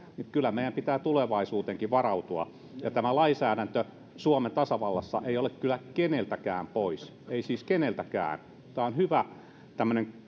kyllä meidän pitää tulevaisuuteenkin varautua tämä lainsäädäntö suomen tasavallassa ei ole kyllä keneltäkään pois ei siis keneltäkään on hyvä tämmöinen